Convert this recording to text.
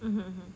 mmhmm hmm